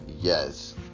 Yes